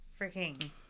freaking